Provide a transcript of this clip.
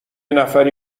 نفری